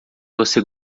você